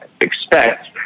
expect